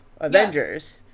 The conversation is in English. Avengers